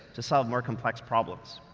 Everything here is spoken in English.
to solve more complex problems.